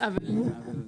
עד סעיף 7, מה לא מוסכם?